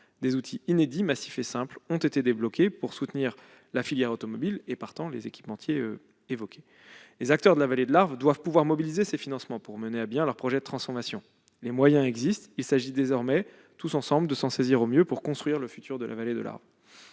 Des outils inédits, massifs et simples ont été débloqués pour soutenir la filière automobile et, partant, les équipementiers. Les acteurs de la vallée de l'Arve doivent mobiliser ces financements pour mener à bien leurs projets de transformation. Les moyens existent ; nous devons désormais nous en saisir au mieux pour construire le futur de la vallée de l'Arve.